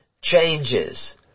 changes